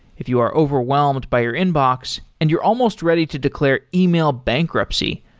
if you are overwhelmed by your inbox and you're almost ready to declare email bankruptcy,